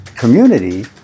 community